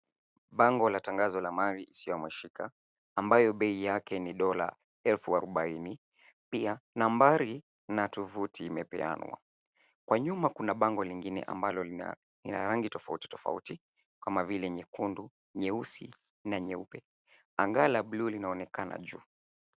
Bango la tangazo la mali isiyo hamashika ambayo bei yake ni dola elfu arobaini pia nambari na tovuti imepeanwa. Kwa nyuma kuna bango lingine ambalo lina rangi tofauti tofauti kama vile nyekundu, nyeusi na nyeupe. Anga la bluu linaonekana juu.